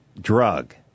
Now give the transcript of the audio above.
Drug